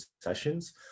sessions